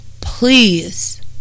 Please